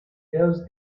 those